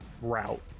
route